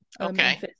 Okay